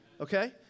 okay